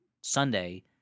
Sunday